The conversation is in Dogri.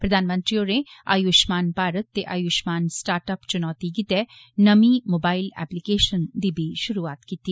प्रधानमंत्री होरें आयुष्मान भारत ते आयुषमान स्टार्ट अप चुनौती लेई नमीं मोबाइल एपलीकेशन दी बी शुरूआत कीती